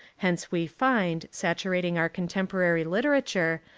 hence we find, saturating our contemporary literature,